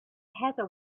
heather